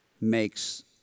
makes